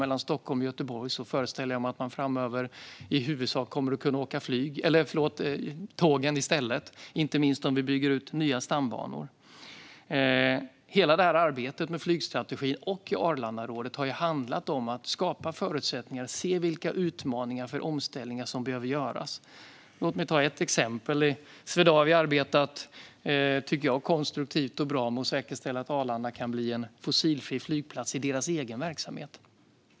Mellan Stockholm och Göteborg föreställer jag mig att man framöver i huvudsak kommer att kunna åka tåg i stället, inte minst om vi bygger nya stambanor. Hela arbetet med flygstrategin och Arlandarådet har handlat om att skapa förutsättningar att se vilka utmaningar som finns för den omställning som behöver göras. Till exempel tycker jag att Swedavia har arbetat konstruktivt och bra med att säkerställa att Arlanda kan bli en fossilfri flygplats i deras egen verksamhet.